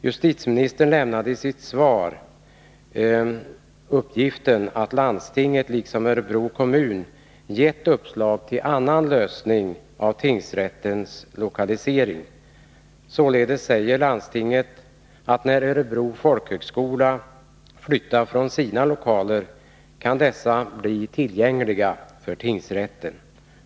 Justitieministern lämnade i sitt svar uppgiften att landstinget liksom Örebro kommun gett uppslag till annan lösning av tingsrättens lokalisering. Således säger landstinget att när Örebro folkhögskola flyttar från sina lokaler kan dessa bli tillgängliga för tingsrätten.